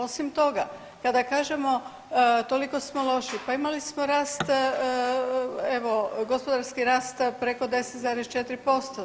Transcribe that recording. Osim toga, kada kažemo toliko smo loši pa imali smo rast evo gospodarski rast preko 10,4%